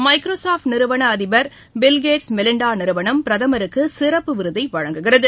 micro soft நிறுவன அதிபர் Bill Gates Melinda நிறுவனம் பிரதமருக்கு சிறப்பு விருதை வழங்குகிறது